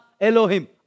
Elohim